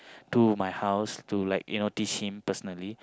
to my house to like you know teach him personally